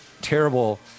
terrible